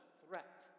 threat